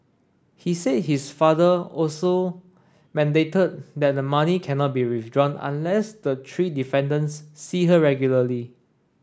he said his father also mandated that the money cannot be withdrawn unless the three defendants see her regularly